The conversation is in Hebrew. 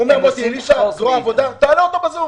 תעלה אותו ב-זום.